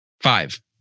Five